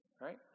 right